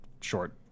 short